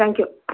thank you